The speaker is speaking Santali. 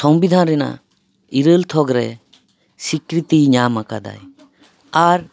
ᱥᱚᱝᱵᱤᱫᱷᱟᱱ ᱨᱮᱱᱟᱜ ᱤᱨᱟᱹᱞ ᱛᱷᱚᱠ ᱨᱮ ᱥᱤᱠᱠᱨᱤᱛᱤᱭ ᱧᱟᱢ ᱟᱠᱟᱫᱟ ᱟᱨ